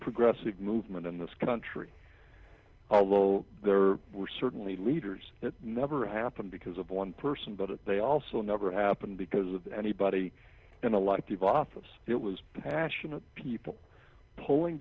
progressive movement in this country although there were certainly leaders that never happened because of one person but they also never happened because of anybody in a lot of office it was passionate people pulling